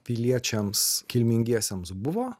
piliečiams kilmingiesiems buvo